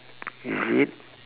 is it